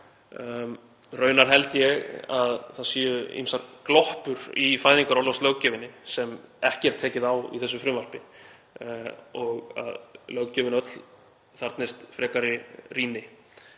Raunar held ég að það séu ýmsar gloppur í fæðingarorlofslöggjöfinni sem ekki er tekið á í þessu frumvarpi og að löggjöfin öll þarfnist frekari rýni,